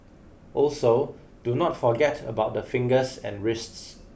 also do not forget about the fingers and wrists